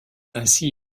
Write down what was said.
ainsi